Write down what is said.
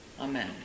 Amen